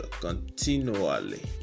continually